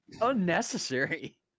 Unnecessary